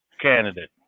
candidate